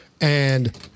and-